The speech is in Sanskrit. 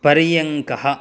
पर्यङ्कः